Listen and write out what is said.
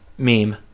Meme